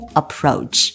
approach